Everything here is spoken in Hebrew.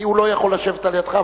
כי הוא לא יכול לשבת על-ידך,